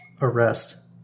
Arrest